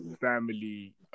family